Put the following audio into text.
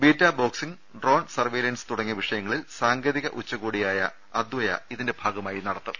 beta boxing drone surveillance തുടങ്ങിയ വിഷയങ്ങളിൽ സാങ്കേതിക ഉച്ച കോടിയായ അദ്ധയ ഇതിന്റെ ഭാഗമായി നടക്കും